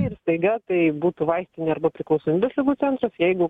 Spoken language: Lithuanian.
ir staiga tai būtų vaistinė arba priklausomybės ligų centras jeigu